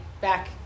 Back